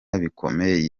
bikomeye